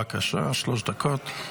בבקשה, שלוש דקות.